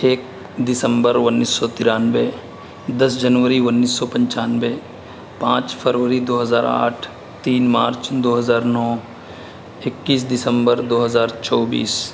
ایک دسمبر انیس سو ترانوے دس جنوری انیس سو پنچانوے پانچ فروری دو ہزار آٹھ تین مارچ دوہزار نو اکیس دسمبر دوہزار چوبیس